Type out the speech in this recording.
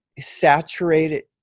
saturated